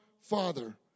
Father